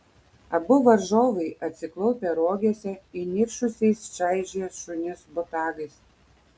abu varžovai atsiklaupę rogėse įniršusiai čaižė šunis botagais